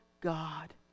God